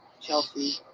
Chelsea